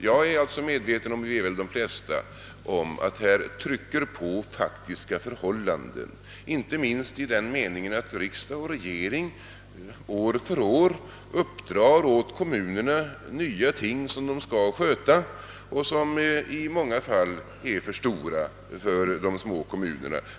Jag är också medveten om att här är det de faktiska förhållandena som trycker på, inte minst därigenom att riksdag och regering år för år uppdrar nya ting åt kommunerna, som de skall sköta och som i många fall är för stora för de små kommunerna.